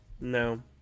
No